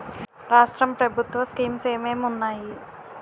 రాష్ట్రం ప్రభుత్వ స్కీమ్స్ ఎం ఎం ఉన్నాయి?